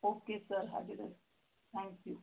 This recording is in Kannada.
ಓಕೆ ಸರ್ ಹಾಗಿದ್ದರೆ ಥ್ಯಾಂಕ್ ಯು